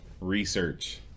research